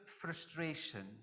frustration